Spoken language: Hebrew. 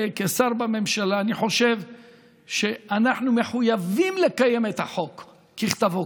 כשר בממשלה אני חושב שאנחנו מחויבים לקיים את החוק ככתבו,